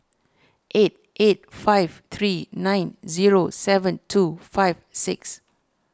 eight eight five three nine zero seven two five six